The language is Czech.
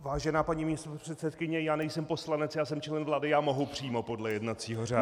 Vážená paní místopředsedkyně, já nejsem poslanec, já jsem člen vlády, já mohu přímo podle jednacího řádu.